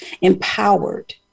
empowered